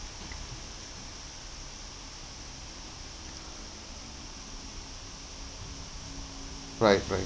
right right